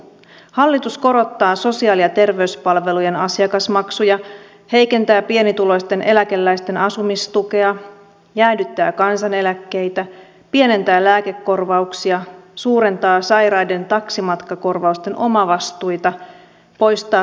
hallitus korottaa sosiaali ja terveyspalvelujen asiakasmaksuja heikentää pienituloisten eläkeläisten asumistukea jäädyttää kansaneläkkeitä pienentää lääkekorvauksia suurentaa sairaiden taksimatkakorvausten omavastuita poistaa ruokavaliokorvauksen